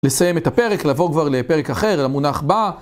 לסיים את הפרק, לעבור כבר לפרק אחר, למונח בא.